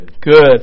good